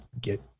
get